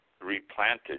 replanted